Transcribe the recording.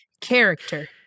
character